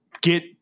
get